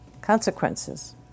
consequences